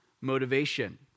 motivation